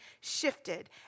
shifted